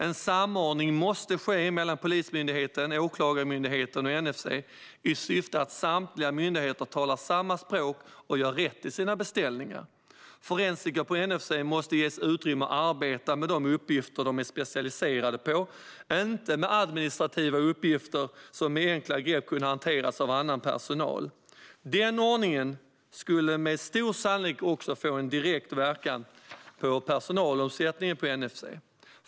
En samordning måste ske mellan Polismyndigheten, Åklagarmyndigheten och NFC i syfte att samtliga myndigheter ska tala samma språk och göra rätt i sina beställningar. Forensiker på NFC måste ges utrymme att arbeta med de uppgifter de är specialiserade på, inte med administrativa uppgifter som med enkla grepp skulle kunna hanteras av annan personal. Den ordningen skulle med stor sannolikhet också få en direkt verkan på personalomsättningen på NFC.